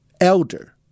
elder